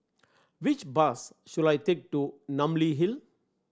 which bus should I take to Namly Hill